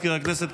מזכיר הכנסת,